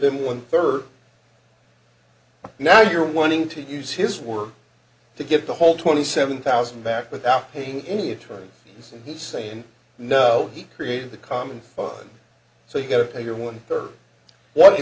been one third now you're wanting to use his work to get the whole twenty seven thousand back without paying any attorney and he's saying no he created the common fund so you got to pay your one